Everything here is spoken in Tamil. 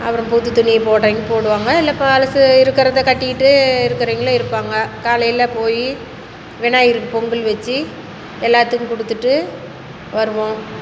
அப்புறம் புது துணியை போடுறவிங்க போடுவாங்க இல்லை பழசு இருக்கிறத கட்டிக்கிட்டு இருக்கிறவிங்களும் இருப்பாங்க காலையில் போய் விநாயகருக்கு பொங்கல் வச்சு எல்லாத்துக்கும் கொடுத்துட்டு வருவோம்